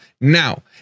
Now